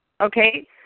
okay